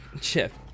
Chip